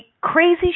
crazy